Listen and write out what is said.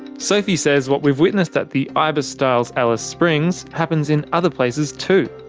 sophie says what we've witnessed at the ibis styles alice springs happens in other places too.